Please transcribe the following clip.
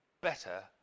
better